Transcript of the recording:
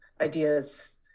ideas